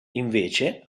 invece